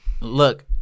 Look